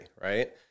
right